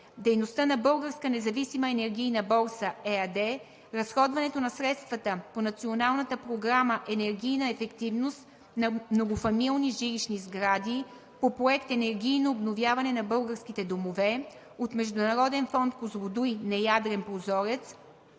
дейността на „Българска независима енергийна борса“ ЕАД; - разходването на средствата по Националната програма „Енергийна ефективност на многофамилни жилищни сгради“, по проект „Енергийно обновяване на българските домове“, от Международен фонд „Козлодуй“ – неядрен прозорец,